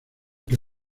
que